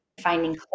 Finding